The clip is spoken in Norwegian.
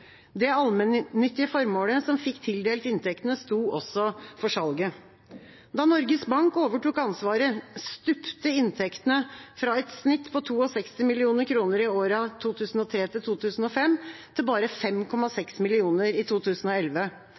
Det allmennyttige formålet som fikk tildelt inntektene, sto også for salget. Da Norges Bank overtok ansvaret, stupte inntektene fra et snitt på 62 mill. kr i årene 2003–2005 til bare 5,6 mill. kr i 2011.